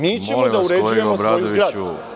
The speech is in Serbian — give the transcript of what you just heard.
Mi ćemo da uređujemo svoju zgradu.